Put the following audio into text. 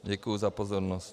Děkuji za pozornost.